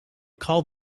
called